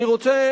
אני רוצה,